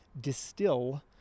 distill